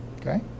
Okay